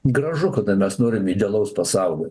gražu kada mes norim idealaus pasaulio